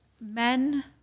men